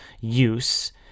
use